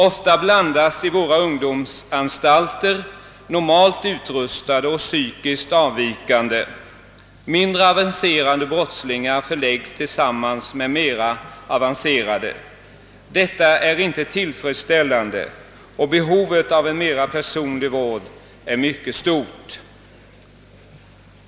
Ofta blandas i våra ungdomsanstalter normalt utrustade och psykiskt avvikande. Mindre avancerade brottslingar förläggs tillsammans med mera avancerade. Detta är inte tillfredsställande. Behovet av en mera personlig vård är mycket stort.